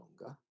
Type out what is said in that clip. longer